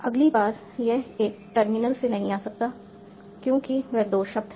अगली बार यह एक टर्मिनल से नहीं आ सकता है क्योंकि वे दो शब्द हैं